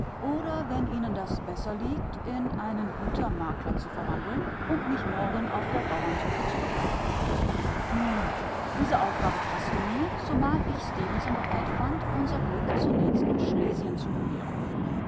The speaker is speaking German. oder wenn ihnen das besser liegt in einen gütermakler zu verwandeln und mich morgen auf der bauernsuche zu begleiten nun diese aufgabe paßte mir zumal ich stefenson bereit fand unser glück zunächst in schlesien zu probieren